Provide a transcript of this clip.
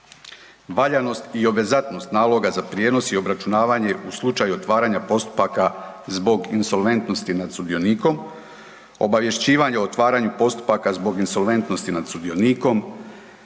valjanost i obvezatnost naloga za prijenos i obračunavanje u slučaju otvaranja postupaka zbog insolventnosti nad sudionikom, obavješćivanje o otvaranju postupaka zbog insolventnosti nad sudionikom,